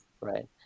Right